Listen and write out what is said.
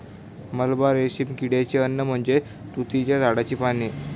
मलबा रेशीम किड्याचे अन्न म्हणजे तुतीच्या झाडाची पाने